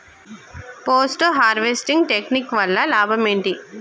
Post harvesting technique వల్ల లాభం ఏంటి?